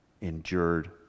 endured